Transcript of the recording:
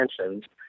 attention